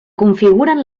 configuren